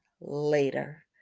later